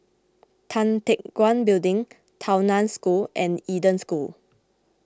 Tan Teck Guan Building Tao Nan School and Eden School